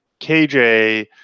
KJ